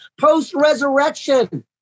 post-resurrection